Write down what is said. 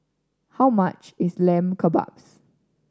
how much is Lamb Kebabs